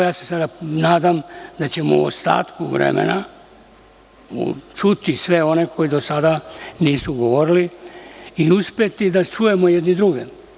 Ja se sada nadam da ćemo u ostatku vremena čuti sve one koji do sada nisu govorili i uspeti da čujemo jedni druge.